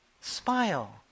smile